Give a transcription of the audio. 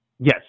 Yes